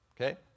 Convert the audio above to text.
Okay